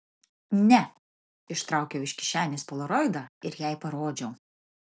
ne ištraukiau iš kišenės polaroidą ir jai parodžiau